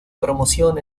promoción